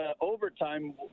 overtime